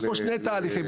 יש פה שני תהליכים.